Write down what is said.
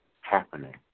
happening